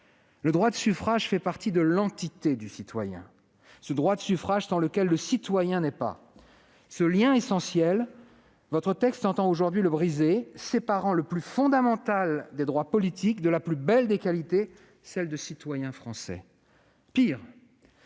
ce droit de suffrage qui « fait partie de l'entité du citoyen, ce droit de suffrage sans lequel le citoyen n'est pas ». Ce lien essentiel, votre texte entend aujourd'hui le briser, séparant le plus fondamental des droits politiques de la plus belle des qualités, celle de citoyen français. Pis,